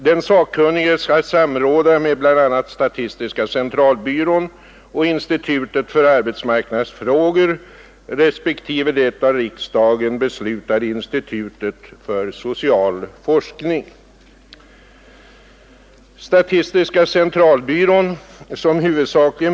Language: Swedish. Den sakkunnige skall samråda med bl.a. statistiska centralbyrån och institutet för arbetsmarknadsfrågor respektive det av riksdagen beslutade institutet för social forskning.